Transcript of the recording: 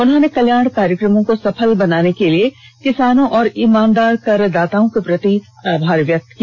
उन्होंने कल्याण कार्यक्रमों को सफल बनाने के लिए किसानों और ईमानदार कर दाताओं के प्रति आभार व्यक्त किया